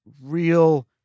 real